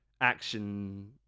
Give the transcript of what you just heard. action